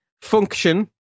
function